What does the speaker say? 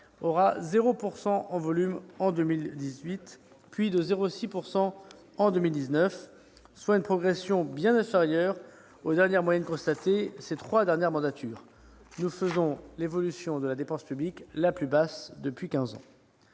de 0 % en volume en 2018, puis de 0,6 % en 2019, soit une progression bien inférieure aux moyennes constatées durant les trois dernières mandatures. Nous proposons ainsi l'évolution de la dépense publique la plus basse depuis quinze